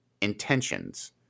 intentions